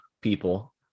people